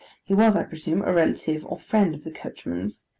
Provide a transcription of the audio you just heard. he was, i presume, a relative or friend of the coachman's,